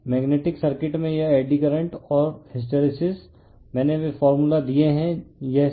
magnetic circuit में यह eddy current और हिस्टैरिसीस मैंने वे फॉर्मूला दिए हैं यह कुछ भी नहीं है